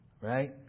Right